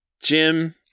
Jim